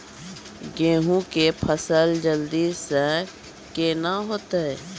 गेहूँ के फसल जल्दी से के ना होते?